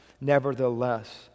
nevertheless